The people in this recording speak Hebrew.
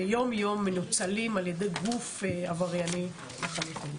ויום-יום מנוצלים על ידי גוף עברייני לחלוטין.